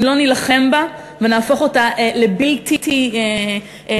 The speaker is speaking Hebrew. אם לא נילחם בה ונהפוך אותה לבלתי מושכת